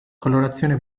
colorazione